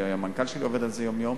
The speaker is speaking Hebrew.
והמנכ"ל שלי עובד על זה יום-יום,